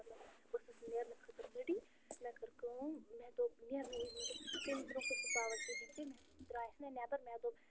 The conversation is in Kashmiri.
مطلب بہٕ ٲسٕس نیرنہٕ خٲطرٕ ریٚڈی مےٚ کٔر کٲم مےٚ دوٚپ نیرنہٕ وِزِ مےٚ دوٚپ درٛایس نا نٮ۪بر مےٚ دوٚپ